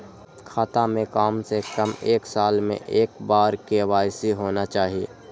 खाता में काम से कम एक साल में एक बार के.वाई.सी होना चाहि?